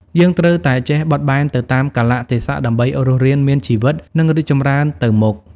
យើងត្រូវតែចេះបត់បែនទៅតាមកាលៈទេសៈ ដើម្បីរស់រានមានជីវិត និងរីកចម្រើនទៅមុខ។